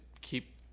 keep